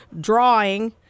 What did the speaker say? drawing